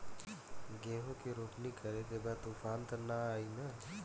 गेहूं के रोपनी करे के बा तूफान त ना आई न?